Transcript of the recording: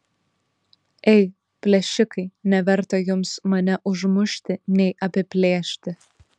ei plėšikai neverta jums mane užmušti nei apiplėšti